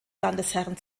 landesherren